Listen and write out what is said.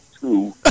two